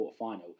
quarterfinal